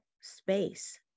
space